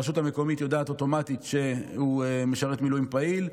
הרשות המקומית יודעת אוטומטית שהוא משרת מילואים פעיל,